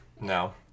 No